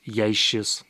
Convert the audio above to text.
jei šis